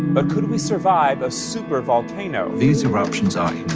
but could we survive a supervolcano? these eruptions are